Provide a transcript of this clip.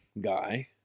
guy